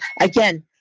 again